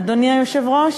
אדוני היושב-ראש?